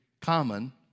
common